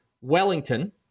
Wellington